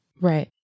right